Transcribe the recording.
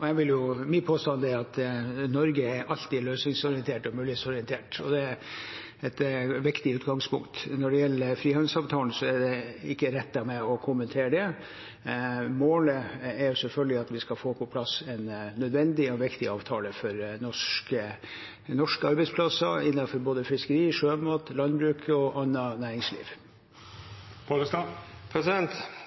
og min påstand er at Norge alltid er løsningsorientert og mulighetsorientert, og det er et viktig utgangspunkt. Når det gjelder frihandelsavtalen, er det ikke rett av meg å kommentere den. Målet er selvfølgelig at vi skal få på plass en nødvendig og viktig avtale for norske arbeidsplasser innenfor både fiskeri, sjømat, landbruk og annet næringsliv.